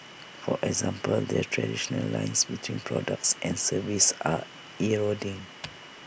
for example the traditional lines between products and services are eroding